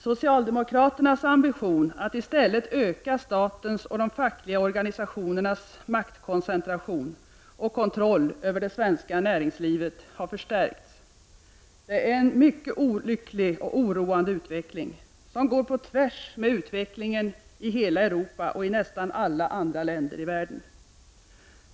Socialdemokraternas ambition att i stället öka statens och de fackliga organisationernas maktkoncentration och kontroll över det svenska näringslivet har förstärkts. Det är en mycket olycklig och oroande utveckling, som går på tvärs mot utvecklingen i hela Europa och i nästan alla andra länder i världen.